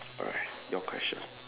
alright your question